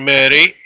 Mary